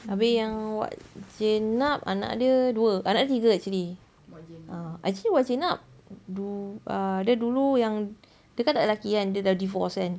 habis yang wak jenab anak dia dua anak dia tiga actually ah actually wak jenab ah dia dulu yang dia kan tak ada laki kan dia dah divorce kan